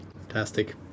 Fantastic